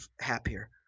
happier